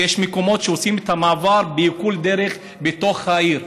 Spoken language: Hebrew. כי יש מקומות שעושים את המעבר בכל דרך בתוך העיר,